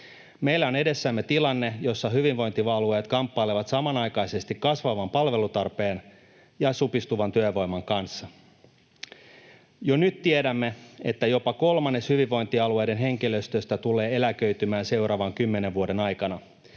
Meillä on edessämme tilanne, jossa hyvinvointialueet kamppailevat samanaikaisesti kasvavan palvelutarpeen ja supistuvan työvoiman kanssa. Jo nyt tiedämme, että jopa kolmannes hyvinvointialueiden henkilöstöstä tulee eläköitymään seuraavan kymmenen vuoden aikana